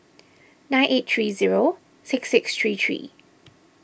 nine eight three zero six six three three